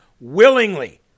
willingly